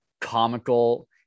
comical